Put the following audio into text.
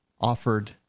offered